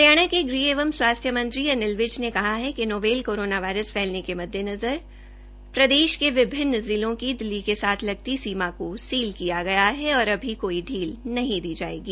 हरियाणा के ग़ह एवं स्वास्थ्य मंत्री अनिल विज ने कहा है कि नोवेल कोरोना वायरस फैलने के मददेनज़र प्रदेश के विभिन्न जिलों की दिल्ली के साथ लगती सीमा को सील किया गया है और कोई पील नहीं दी जायेगी